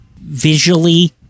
visually